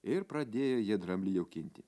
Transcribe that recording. ir pradėjo jie dramblį jaukinti